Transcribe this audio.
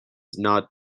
not